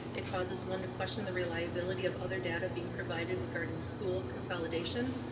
it causes one to question the reliability of other data being provided regarding school consolidation,